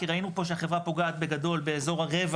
כי ראינו פה החברה פוגעת בגדול באזור הרבע